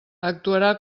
actuarà